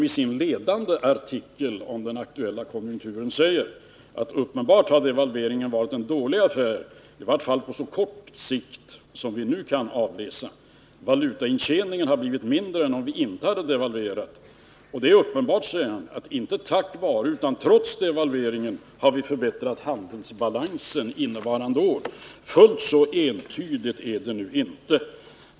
I sin ledande artikel säger man: ”—-— uppenbart har devalveringen varit en dålig affär på så kort tid som ett år. Valutaintjäningen har blivit mindre än om vi inte hade devalverat ——=—. Och det är uppenbart inte tack vare utan trots devalveringen som vi har förbättrat handelsbalansen i år.” Fullt så entydigt är det alltså inte.